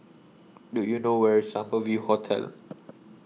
Do YOU know Where IS Summer View Hotel